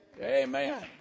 Amen